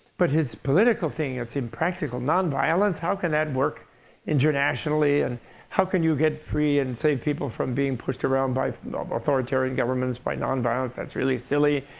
but his political thing, it's impractical. nonviolence? how can that work internationally? and how can you get free and save people from being pushed around by authoritarian governments by nonviolence? that's really silly.